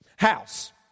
House